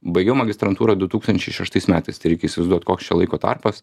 baigiau magistrantūrą du tūkstančiai šeštais metais tai reikia įsivaizduot koks čia laiko tarpas